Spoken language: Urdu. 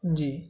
جی